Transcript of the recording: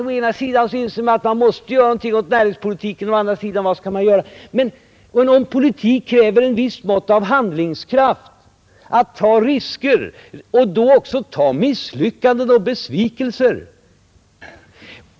Å ena sidan anser man att man måste göra något åt näringspolitiken, och å andra sidan frågar man sig: Vad skall man göra? Men politik är ju ett visst mått av handlingskraft, av vilja att ta risker och att då också bära misslyckanden och besvikelser.